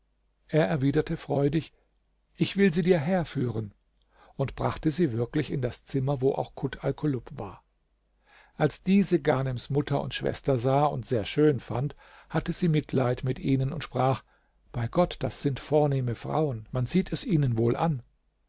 er erwiderte freudig ich will sie dir herführen und brachte sie wirklich in das zimmer wo auch kut alkulub war als diese ghanems mutter und schwester sah und sehr schön fand hatte sie mitleid mit ihnen und sprach bei gott das sind vornehme frauen man sieht es ihnen wohl an